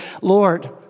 Lord